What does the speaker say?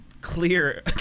clear